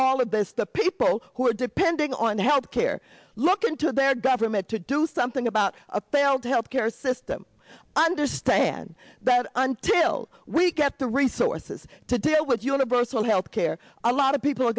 all of this the people who are depending on health care looking to their government to do something about a failed health care system understand that until we get the resources to deal with universal health care a lot of people are